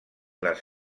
les